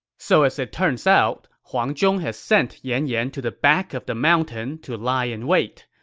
so as it turns out, huang zhong had sent yan yan to the back of the mountain to lie in wait.